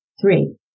Three